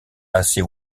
assez